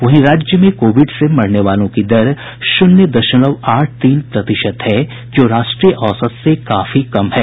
वहीं राज्य में कोविड से मरने वालों की दर शून्य दशमलव आठ तीन प्रतिशत है जो राष्ट्रीय औसत से काफी कम है